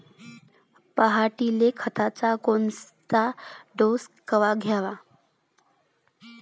पऱ्हाटीले खताचा कोनचा डोस कवा द्याव?